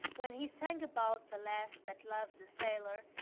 when he sang about the lass that loves a sailor,